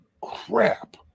crap